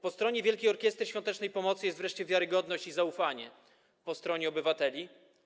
Po stronie Wielkiej Orkiestry Świątecznej Pomocy jest wreszcie wiarygodność i zaufanie ze strony obywateli.